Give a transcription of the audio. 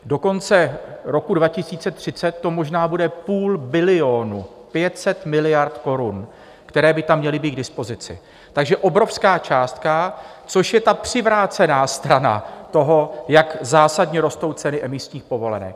Do konce roku 2030 to možná bude půl bilionu 500 miliard korun, které by tam měly být k dispozici, takže obrovská částka, což je přivrácená strana toho, jak zásadně rostou ceny emisních povolenek.